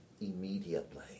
immediately